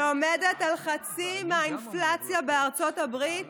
והאינפלציה עומדת על חצי מהאינפלציה בארצות הברית